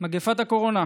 מגפת הקורונה.